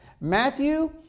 Matthew